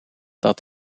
dat